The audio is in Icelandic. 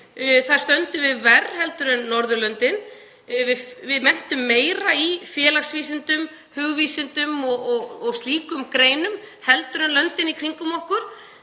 Þar stöndum við verr en Norðurlöndin. Við menntum fleiri í félagsvísindum, hugvísindum og slíkum greinum en löndin í kringum okkur.